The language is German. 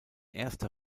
erste